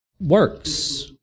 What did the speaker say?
works